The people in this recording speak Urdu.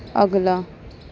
اگلا